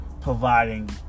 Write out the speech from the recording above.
Providing